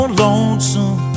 lonesome